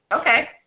Okay